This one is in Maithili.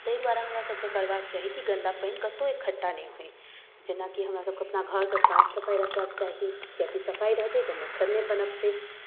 तै दुआरे हमरा सबके करबाक चाही की गन्दा पानि कत्तौ इकट्ठा नहि होइ जेनाकि हमरा सबके अपना घरके साफ सफाइ रखबाक चाही किएककि सफाइ रहतै तऽ मच्छर नहि पनपतै